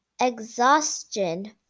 exhaustion